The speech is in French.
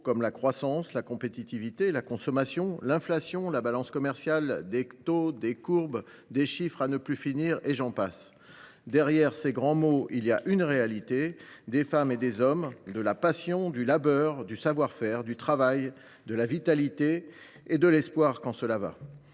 comme la croissance, la compétitivité, la consommation, l’inflation, la balance commerciale, des taux, des courbes, des chiffres à ne plus finir et j’en passe. Derrière ces grands mots, il y a une réalité : des femmes et des hommes, de la passion, du labeur, du savoir faire, du travail, de la vitalité et de l’espoir quand cela va